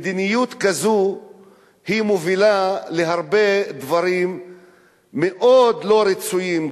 מדיניות כזו מובילה להרבה דברים מאוד לא רצויים,